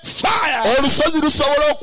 fire